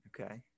Okay